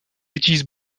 utilise